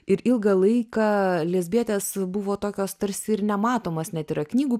ir ilgą laiką lesbietės buvo tokios tarsi ir nematomos net yra knygų